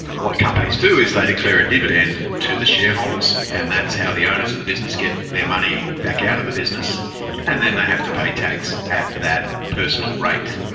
what companies do is they declare a dividend to the shareholders and that's how the owners of the business get their money back out of the business and then they have to pay tax at that rate.